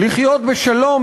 לחיות בשלום,